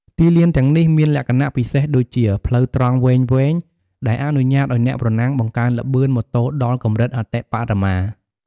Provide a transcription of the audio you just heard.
ទីលានទាំងនេះមានលក្ខណៈពិសេសដូចជា ផ្លូវត្រង់វែងៗ ដែលអនុញ្ញាតឱ្យអ្នកប្រណាំងបង្កើនល្បឿនម៉ូតូដល់កម្រិតអតិបរមា។